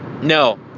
no